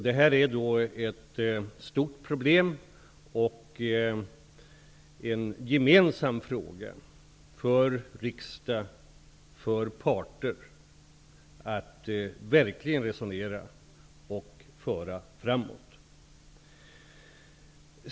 Detta är ett stort problem och en gemensam fråga för riksdag och parter att verkligen resonera om och föra framåt.